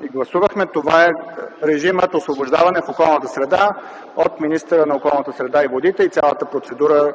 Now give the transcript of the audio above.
що гласувахме, това е режимът освобождаване в околната среда от министъра на околната среда и водите и цялата процедура,